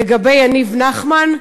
לגבי יניב נחמן.